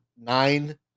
nine